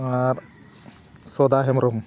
ᱟᱨ ᱥᱚᱫᱟ ᱦᱮᱢᱵᱨᱚᱢ